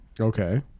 Okay